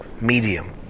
medium